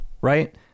right